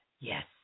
yes